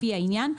לפי העניין,